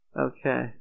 Okay